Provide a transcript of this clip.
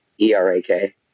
E-R-A-K